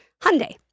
Hyundai